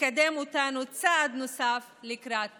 יקדם אותנו צעד נוסף לקראת צדק,